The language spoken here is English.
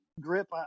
grip